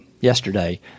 yesterday